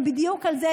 בדיוק על זה,